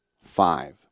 five